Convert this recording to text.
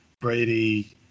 Brady